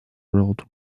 world